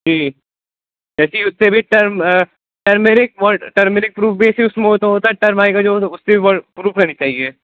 جی جیسے اس سے بھی ٹرم ٹرمرک ور ٹرمیرک پروف بیس اس میں ہو تو ہوتا ہے ٹرم آئے گا جو ہوتا ہے اس سےور پروف لنی چاہیے